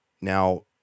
Now